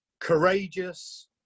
courageous